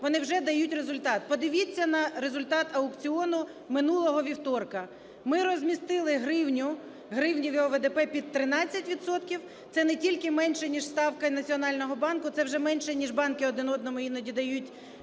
вони вже дають результат. Подивіться на результат аукціону минулого вівторка. Ми розмістили гривню, гривневе ОВДП під 13 відсотків. Це не тільки менше ніж ставка Національного банку, це вже менше ніж банки один одному іноді дають кошти.